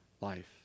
life